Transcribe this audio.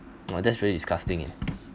!wah! that's really disgusting eh